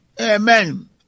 Amen